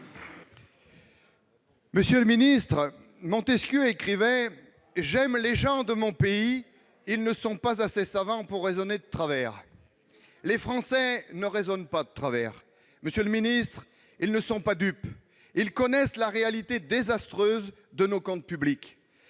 Monsieur le ministre, Montesquieu écrivait :« J'aime les paysans, ils ne sont pas assez savants pour raisonner de travers. » Les Français ne raisonnent pas de travers. Ils ne sont pas dupes : ils connaissent la réalité désastreuse de nos comptes publics.